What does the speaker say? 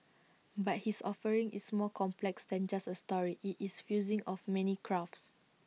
but his offering is more complex than just A story IT is fusing of many crafts